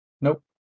Nope